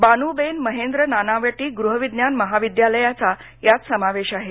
बानूबेन महेंद्र नानावटी गृहविज्ञान महाविद्यालयाचा यात समावेश आहे